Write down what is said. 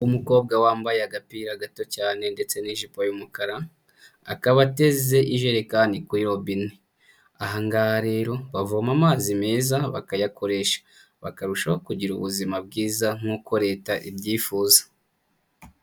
Umukobwa wambaye agapira gato cyane ndetse n'ijipo y'umukara akaba ateze ijerekani kuri robine ahanga nga rero bavoma amazi meza bakayakoresha bakarushaho kugira ubuzima bwiza nk'uko leta ibyifuza.